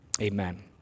Amen